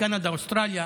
בקנדה ובאוסטרליה